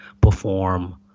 perform